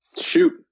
Shoot